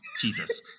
Jesus